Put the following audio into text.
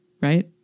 Right